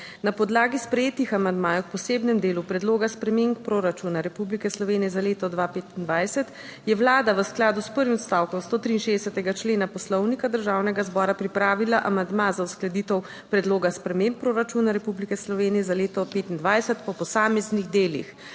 Na podlagi sprejetih amandmajev k posebnemu delu Predloga sprememb proračuna Republike Slovenije za leto 2025 je Vlada v skladu s prvim odstavkom 163. člena Poslovnika Državnega zbora pripravila amandma za uskladitev Predloga sprememb proračuna Republike Slovenije za leto 2025 po posameznih delih.